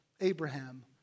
Abraham